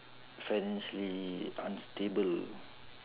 financially unstable